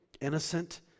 innocent